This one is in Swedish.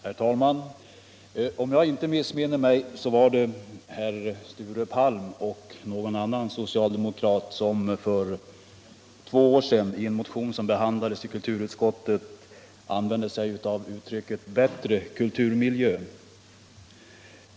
Herr talman! Om jag inte missminner mig var det herr Sture Palm och någon annan socialdemokrat som för två år sedan i en motion som behandlades i kulturutskottet använde uttrycket ”bättre kulturmiljö”.